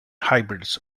hybrids